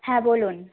হ্যাঁ বলুন